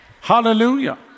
Hallelujah